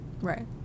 Right